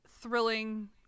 thrilling